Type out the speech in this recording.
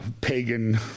pagan